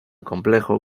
complejo